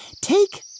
take